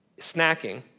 snacking